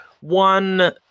one